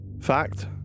Fact